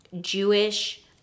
Jewish